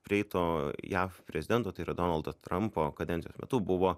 prieito jav prezidento tai yra donaldo trampo kadencijos metu buvo